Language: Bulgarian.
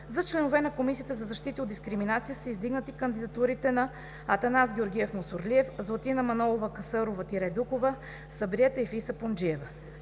За членове на Комисията за защита от дискриминация са издигнати кандидатурите на Атанас Георгиев Мусорлиев, Златина Манолова Касърова-Дукова и Сабрие Тайфи Сапунджиева.